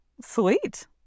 Sweet